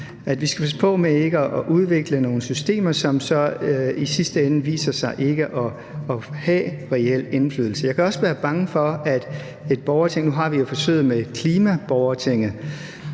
Vi skal passe på med ikke at udvikle nogle systemer, som så i sidste ende viser sig ikke at have reel indflydelse. Jeg kan også være bange for – nu har vi jo forsøget med klimaborgertinget